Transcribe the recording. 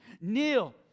kneel